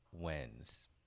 wins